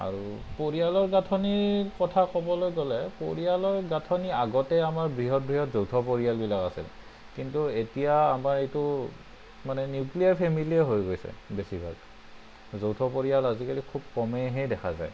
আৰু পৰিয়ালৰ গাঁথনিৰ কথা ক'বলৈ গ'লে পৰিয়ালৰ গাথনি আগতে আমাৰ বৃহৎ বৃহৎ যৌথ পৰিয়ালবিলাক আছিল কিন্তু এতিয়া আমাৰ এইটো মানে নিউক্লিয়াৰ ফেমিলীয়ে হৈ গৈছে বেছিভাগ যৌথ পৰিয়াল আজিকালি খুব কমেইহে দেখা যায়